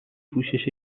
پوشش